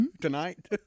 tonight